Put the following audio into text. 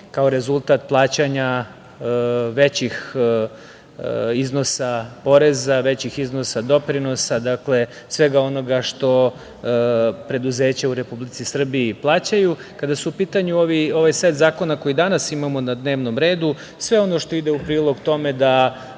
kao rezultat plaćanja većih iznosa poreza, većih iznosa doprinosa, svega onoga što preduzeća u Republici Srbiji plaćaju. Kada je u pitanju ovaj set zakona koji danas imamo na dnevnom redu, sve ono što ide u prilog tome da